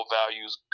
values